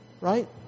Right